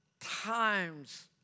times